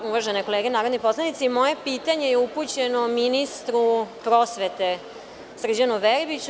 Uvažene kolege narodni poslanici, moje pitanje je upućeno ministru prosvete Srđanu Verbiću.